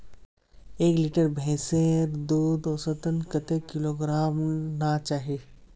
एक लीटर भैंसेर दूध औसतन कतेक किलोग्होराम ना चही?